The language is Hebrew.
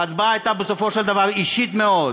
ההצבעה הייתה בסופו של דבר אישית מאוד.